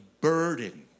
burden